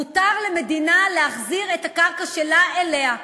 מותר למדינה להחזיר את הקרקע שלה אליה,